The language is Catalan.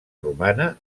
romana